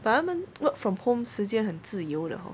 but 他们 work from home 时间很自由的 hor